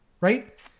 right